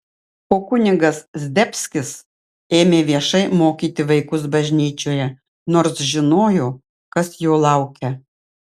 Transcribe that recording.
o kunigas zdebskis ėmė viešai mokyti vaikus bažnyčioje nors žinojo kas jo laukia